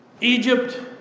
Egypt